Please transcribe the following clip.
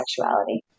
sexuality